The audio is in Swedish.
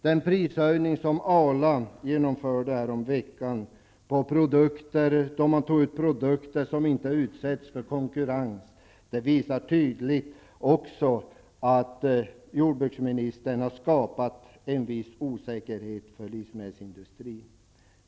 Den prishöjning som Arla genomförde häromveckan på produkter som inte utsätts för konkurrens visar tydligt att jordbruksministern har skapat en viss osäkerhet för livsmedelsindustrin.